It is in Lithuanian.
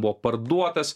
buvo parduotas